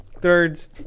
Thirds